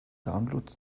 download